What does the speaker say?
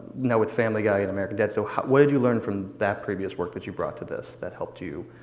now with family guy and american dad. so what what did you learn from that previous work that you brought to this that helped you